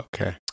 okay